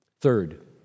Third